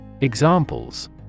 Examples